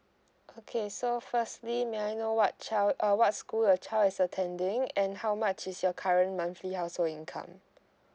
okay so firstly may I know what child err what school your child is attending and how much is your current monthly household income